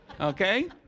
Okay